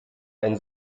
ein